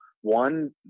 one